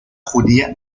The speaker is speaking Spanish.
judía